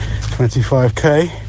25k